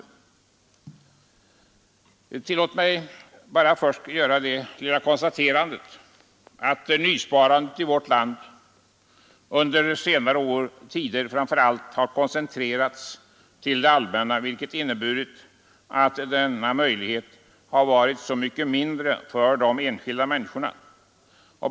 Tillåt mig bara först konstatera att nysparandet i vårt land under senare tid framför allt har koncentrerats till det allmänna, vilket inneburit att denna möjlighet varit så mycket mindre för de enskilda människorna.